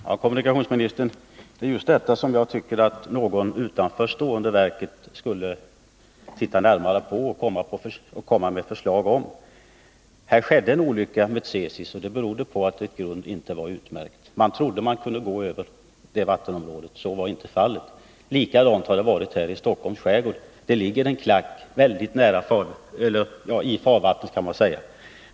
Herr talman! Det är just detta, herr kommunikationsminister, som jag tycker någon utanför verket stående skulle titta närmare på och komma med ett förslag om. Det skedde en olycka med Tsesis som berodde på att ett grund inte var utmärkt. Man trodde alltså att man kunde gå över det vattenområdet. Så var inte fallet. Likadant har det varit här i Stockholms skärgård. Det ligger en klack i farvattnet.